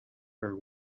her